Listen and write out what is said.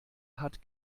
hat